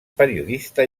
periodista